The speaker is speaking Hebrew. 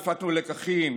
הפקנו לקחים,